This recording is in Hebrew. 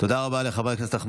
הוא רוצה לגמור את זה עד סוף